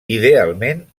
idealment